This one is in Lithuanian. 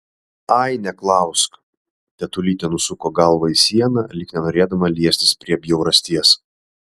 ai neklausk tetulytė nusuko galvą į sieną lyg nenorėdama liestis prie bjaurasties